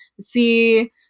see